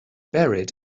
buried